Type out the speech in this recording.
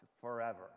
forever